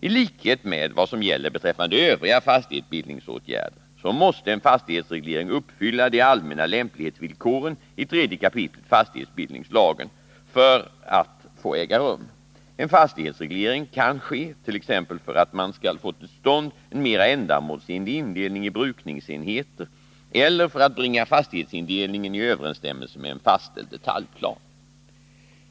Tlikhet med vad som gäller beträffande övriga fastighetsbildningsåtgärder så måste en fastighetsreglering uppfylla de allmänna lämplighetsvillkoren i 3 kap. fastighetsbildningslagen för att få äga rum. En fastighetsreglering kan ske t.ex. för att man skall få till stånd en mera ändamålsenlig indelning i brukningsenheter eller för att bringa fastighetsindelningen i överensstämmelse med en fastställd detaljplan.